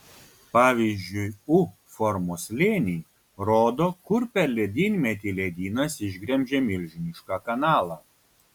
pavyzdžiui u formos slėniai rodo kur per ledynmetį ledynas išgremžė milžinišką kanalą